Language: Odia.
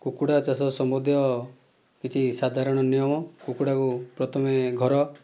କୁକୁଡ଼ା ଚାଷ ସମ୍ବନ୍ଧୀୟ କିଛି ସାଧାରଣ ନିୟମ କୁକୁଡ଼ାକୁ ପ୍ରଥମେ ଘର